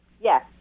Yes